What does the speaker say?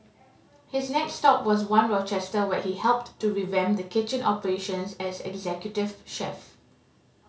his next stop was One Rochester where he helped to revamp the kitchen operations as executive chef